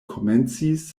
komencis